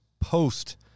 post